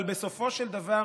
אבל בסופו של דבר